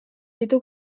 ditu